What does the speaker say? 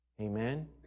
Amen